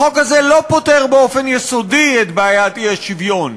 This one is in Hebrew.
החוק הזה לא פותר באופן יסודי את בעיית האי-שוויון,